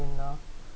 in a